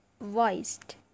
voiced